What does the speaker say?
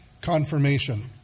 Confirmation